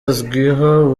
azwiho